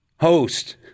host